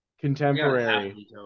Contemporary